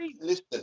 listen